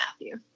Matthew